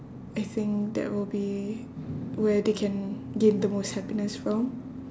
I think that will be where they can gain the most happiness from